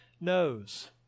knows